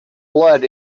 blood